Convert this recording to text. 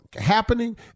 happening